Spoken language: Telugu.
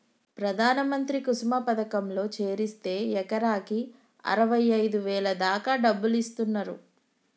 ప్రధాన మంత్రి కుసుమ పథకంలో చేరిస్తే ఎకరాకి అరవైఐదు వేల దాకా డబ్బులిస్తున్నరు